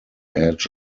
edge